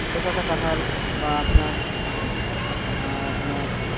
ছোটো একটা কাঁঠাল বা আপনার আপনার